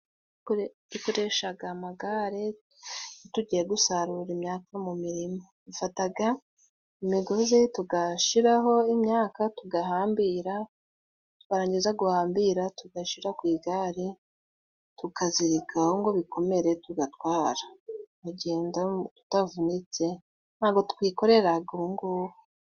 Dukoreshaga amagare, iyo tugiye gusarura imyakaya mu mirima. Dufataga imigozi tugashira ho imyaka, tugahambira, twarangiza guhambira tugashira ku igare, tukazirika ngo bikomere, tugatwara. Tukagenda tutavunitse, ntabwo twikoreraga ubungubu.